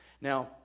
Now